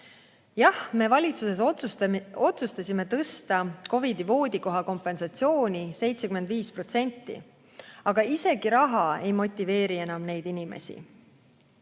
Jah, me valitsuses otsustasime tõsta COVID‑i voodikoha kompensatsiooni 75%, aga isegi raha ei motiveeri enam neid inimesi.